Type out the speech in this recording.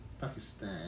Pakistan